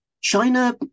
China